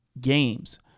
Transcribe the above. games